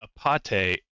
Apate